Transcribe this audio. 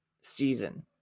season